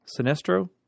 Sinestro